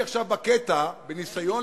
יש חוקי-יסוד.